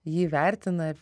jį vertina